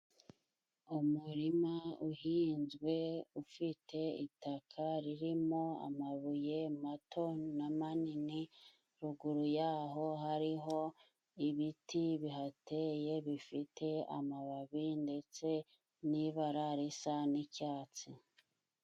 Umurima uhinzwe，ufite itaka ririmo amabuye mato n’amanini，ruguru yaho hari ibiti bihateye， bifite amababi ndetse n'ibara risa n'icyatsi.